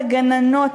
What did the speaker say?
הגננות,